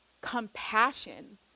compassion